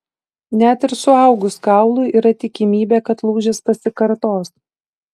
net ir suaugus kaului yra tikimybė kad lūžis pasikartos